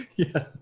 yeah.